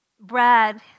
Brad